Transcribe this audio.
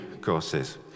courses